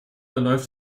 läuft